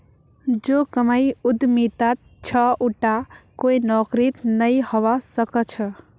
जो कमाई उद्यमितात छ उटा कोई नौकरीत नइ हबा स ख छ